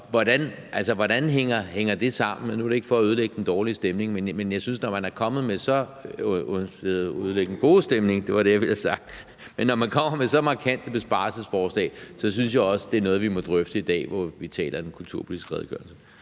hvordan hænger det sammen? Nu er det ikke for at ødelægge den gode stemning, men når man kommer med så markante besparelsesforslag, synes jeg også, det er noget, vi må drøfte i dag, hvor vi taler om den kulturpolitiske redegørelse.